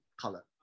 color